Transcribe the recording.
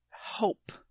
hope